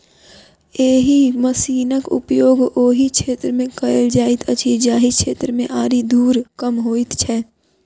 एहि मशीनक उपयोग ओहि क्षेत्र मे कयल जाइत अछि जाहि क्षेत्र मे आरि धूर कम होइत छै